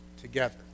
together